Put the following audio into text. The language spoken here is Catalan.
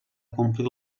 complir